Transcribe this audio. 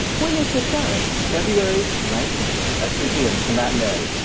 when is the show? february nineteen at two pm. it's a matinee.